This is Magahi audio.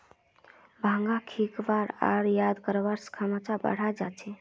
भांग सीखवार आर याद करवार क्षमता बढ़ा छे